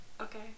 okay